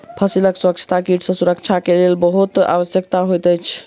फसीलक स्वच्छता कीट सॅ सुरक्षाक लेल बहुत आवश्यक होइत अछि